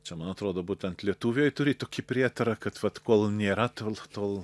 čia man atrodo būtent lietuviai turi tokį prietarą kad vat kol nėra tol tol